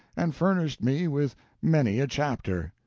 and furnished me with many a chapter.